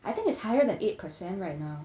I think is higher than eight percent right now